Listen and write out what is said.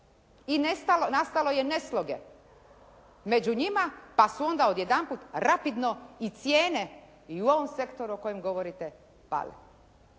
i nastalo je nesloge među njima pa su onda odjedanput rapidno i cijene i u ovom sektoru o kojem govorite pale.